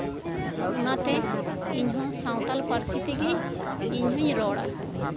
ᱚᱱᱟᱛᱮ ᱤᱧᱦᱚᱸ ᱥᱟᱱᱛᱟᱞ ᱯᱟᱹᱨᱥᱤ ᱛᱮᱜᱮ ᱤᱧ ᱦᱚᱸᱧ ᱨᱚᱲᱼᱟ